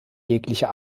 jeglicher